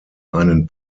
einen